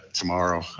tomorrow